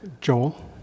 Joel